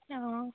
অঁ